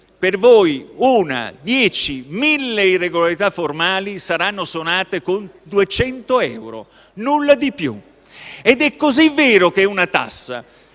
per voi una, 10, 1.000 irregolarità formali saranno sanate con 200 euro, nulla di più. È così vero che è una tassa,